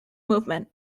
movement